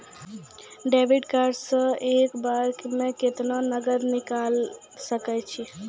Debit card से एक बार मे केतना नगद निकाल सके छी?